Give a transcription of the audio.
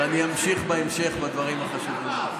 ואני אמשיך בהמשך בדברים החשובים.